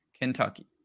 Kentucky